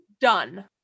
Done